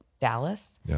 Dallas